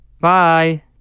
Bye